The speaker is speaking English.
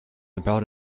about